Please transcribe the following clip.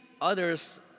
others